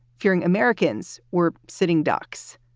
fearing americans were sitting ducks.